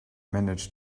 manage